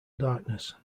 darkness